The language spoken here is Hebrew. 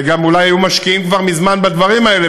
וגם אולי היו משקיעים כבר מזמן בדברים האלה,